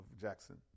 Jackson